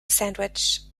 sandwich